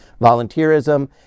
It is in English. volunteerism